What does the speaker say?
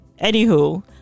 Anywho